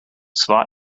zwar